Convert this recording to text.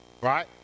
Right